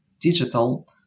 digital